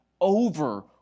over